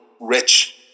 rich